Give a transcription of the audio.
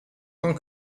tant